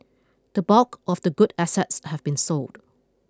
the bulk of the good assets have been sold